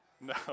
No